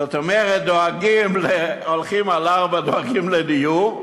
זאת אומרת, להולכים על ארבע דואגים לדיור,